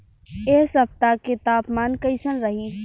एह सप्ताह के तापमान कईसन रही?